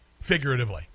figuratively